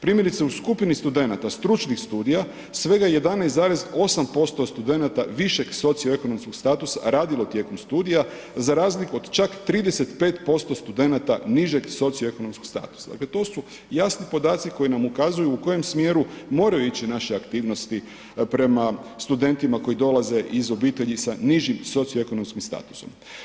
Primjerice, u skupini studenata, stručnih studija, svega 11,8% studenata višeg socioekonomskog statusa radilo je tijekom studija za razliku od čak 35% studenata nižeg socioekonomskog statusa, dakle to su jasni podaci koji nam ukazuju u kojem smjeru moraju ići naše aktivnosti prema studentima koji dolaze iz obitelji sa nižim socioekonomskim statusom.